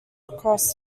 across